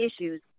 issues